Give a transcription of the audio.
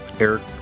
Eric